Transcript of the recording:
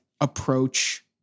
approach